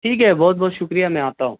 ٹھیک ہے بہت بہت شکریہ میں آتا ہوں